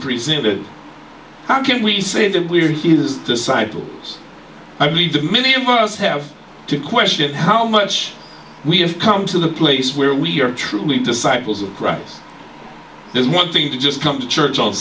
presented how can we say that we are his disciples i believe that many of us have to question how much we have come to the place where we are truly disciples of christ there's one thing to just come to church on